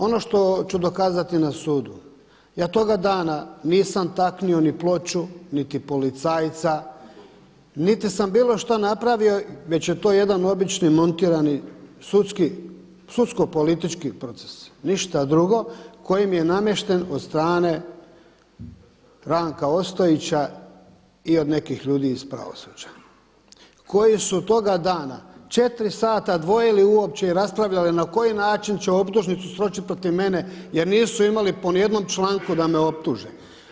Ono što ću dokazati na sudu, ja toga dana nisam taknuo ni ploču, niti policajca, niti sam bilo šta napravio već je to jedan obični montirani sudsko-politički proces ništa drugo koji mi je namješten od strane Ranka Ostojića i od nekih ljudi iz pravosuđa koji su toga dana 4 sata dvojili uopće i raspravljali na koji način će optužnicu sročiti protiv mene jer nisu imali po ni jednom članku da me optuže.